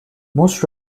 most